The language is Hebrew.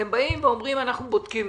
אתם באים ואומרים שאתם בודקים.